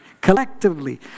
collectively